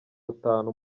atanu